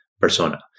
persona